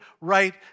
right